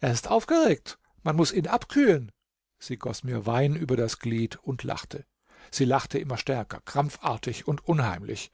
er ist aufgeregt man muß ihn abkühlen sie goß mir wein über das glied und lachte sie lachte immer stärker krampfartig und unheimlich